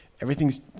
everything's